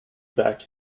back